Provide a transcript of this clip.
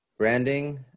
Branding